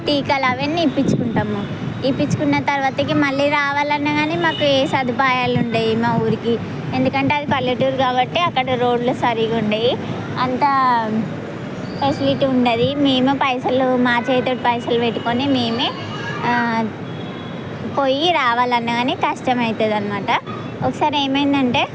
టీకాలు అవన్నీ ఇప్పించుకుంటాము ఇప్పించుకున్న తర్వాత మళ్ళీ కావాలన్నా కానీ మాకు ఏ సదుపాయాలు ఉండవు మా ఊరికి ఎందుకంటే అది పల్లెటూరు కాబట్టి అక్కడ రోడ్లు సరిగా ఉండవు అంత ఫెసిలిటీ ఉండదు మేమే పైసలు మాచేతితో పైసలు పెట్టుకొని మేమే పోయి రావాలన్నా కానీ కష్టం అవుతుంది అన్నమాట ఒకసారి ఏమైంది అంటే